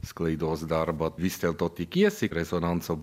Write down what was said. sklaidos darbą vis dėlto tikiesi rezonanso